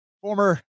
Former